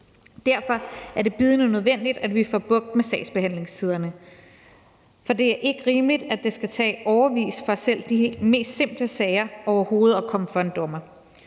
Derfor er det bydende nødvendigt, at vi får bugt med sagsbehandlingstiderne, for det er ikke rimeligt, at det skal tage årevis for selv de mest simple sager overhovedet at komme for en dommer.